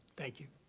thank you.